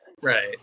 right